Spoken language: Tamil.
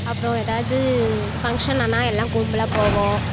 அப்புறம் எதாவது ஃபங்க்ஷன்னுனா எல்லாம் கும்பலாக போவோம்